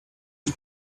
you